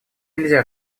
нельзя